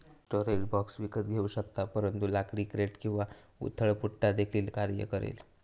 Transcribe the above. storage box विकत घेऊ शकतात परंतु लाकडी क्रेट किंवा उथळ पुठ्ठा देखील कार्य करेल